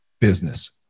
business